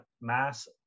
mass